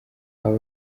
aba